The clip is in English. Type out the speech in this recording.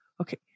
Okay